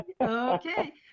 Okay